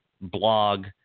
blog